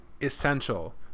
essential